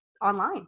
online